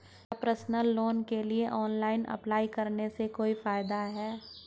क्या personal loan के लिए ऑनलाइन अप्लाई करने से कोई फायदा है?